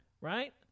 Right